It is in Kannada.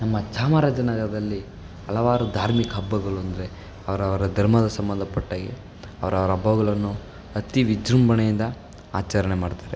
ನಮ್ಮ ಚಾಮರಾಜನಗರದಲ್ಲಿ ಹಲವಾರು ಧಾರ್ಮಿಕ ಹಬ್ಬಗಳು ಅಂದರೆ ಅವರವರ ಧರ್ಮದ ಸಂಬಂಧಪಟ್ಟ ಹಾಗೆ ಅವ್ರವ್ರ ಹಬ್ಬಗಳನ್ನು ಅತಿ ವಿಜೃಂಭಣೆಯಿಂದ ಆಚರಣೆ ಮಾಡ್ತಾರೆ